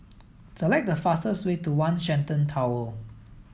select the fastest way to One Shenton Tower